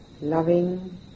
loving